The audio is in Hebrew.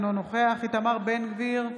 אינו נוכח איתמר בן גביר,